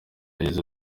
yagize